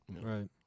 Right